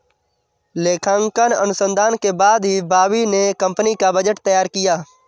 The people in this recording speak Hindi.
लेखांकन अनुसंधान के बाद ही बॉबी ने कंपनी का बजट तैयार किया